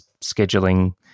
scheduling